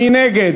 מי נגד?